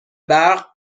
برق